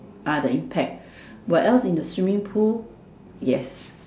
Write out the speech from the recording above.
ah the impact where else in the swimming pool